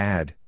Add